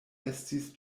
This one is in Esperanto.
estis